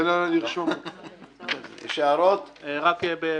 רק נתקן,